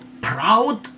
proud